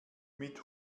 mit